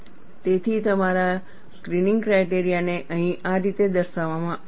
તેથી તમારા screening criteria ને અહીં આ રીતે દર્શાવવામાં આવ્યા છે